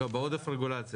לא, בעודף רגולציה.